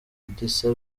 gisa